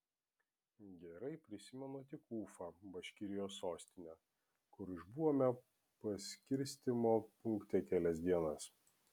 gerai prisimenu tik ufą baškirijos sostinę kur išbuvome paskirstymo punkte kelias dienas